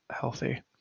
healthy